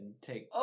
take